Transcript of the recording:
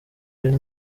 ari